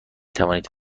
توانید